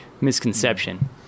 misconception